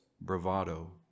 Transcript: bravado